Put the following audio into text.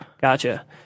Gotcha